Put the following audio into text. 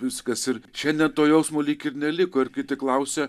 viskas ir šiandien to jausmo lyg ir neliko ir kiti klausia